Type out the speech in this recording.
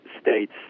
states